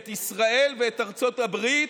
את ישראל ואת ארצות הברית,